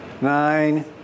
Nine